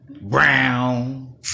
Brown